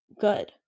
good